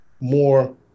more